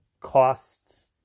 costs